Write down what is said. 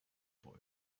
boy